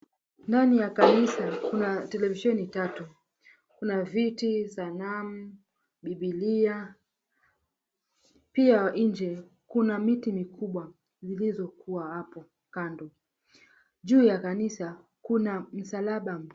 Ndani ya kanisa kuna televisheni tatu. Kuna viti, sanamu, bibilia. Pia nje kuna miti mikubwa zilizokuwa hapo kando. Juu ya kanisa kuna msalaba.